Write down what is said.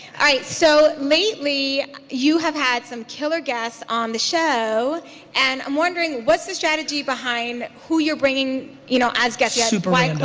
ah so lately you have had some killer guests on the show and i'm wondering what's the strategy behind who you're bringing you know as guests? yeah super random.